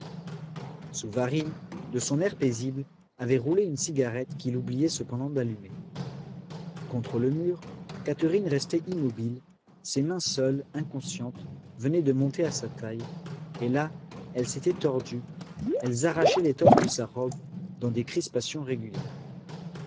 souvarine de son air paisible avait roulé une cigarette qu'il oubliait cependant d'allumer contre le mur catherine restait immobile ses mains seules inconscientes venaient de monter à sa taille et là elles s'étaient tordues elles arrachaient l'étoffe de sa robe dans des crispations régulières